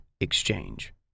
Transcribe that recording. exchange